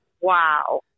wow